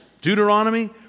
Deuteronomy